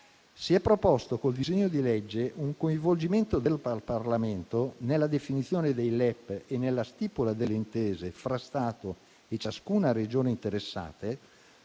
Si è proposto con il disegno di legge un coinvolgimento del Parlamento nella definizione dei LEP e nella stipula delle intese fra Stato e ciascuna Regione interessata,